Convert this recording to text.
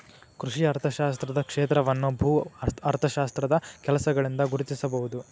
ಕೃಷಿ ಅರ್ಥಶಾಸ್ತ್ರದ ಕ್ಷೇತ್ರವನ್ನು ಭೂ ಅರ್ಥಶಾಸ್ತ್ರದ ಕೆಲಸಗಳಿಂದ ಗುರುತಿಸಬಹುದು